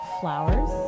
flowers